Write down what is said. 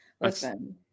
Listen